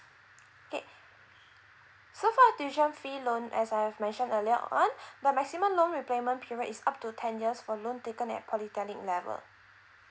okay so far tuition fee loan as I have mentioned earlier on the maximum loan repayment period is up to ten years for loan taken at polytechnic level